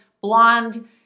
blonde